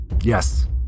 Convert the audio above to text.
Yes